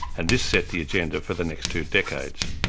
and this set the agenda for the next two decades.